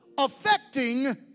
affecting